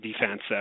defense